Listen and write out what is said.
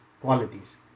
qualities